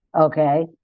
okay